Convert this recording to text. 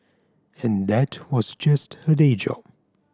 and that was just her day job